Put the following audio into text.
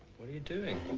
what are you doing?